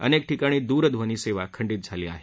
अनेक ठिकाणीदूरध्वनी सेवा खंडीत झाली आहे